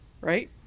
right